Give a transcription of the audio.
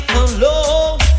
alone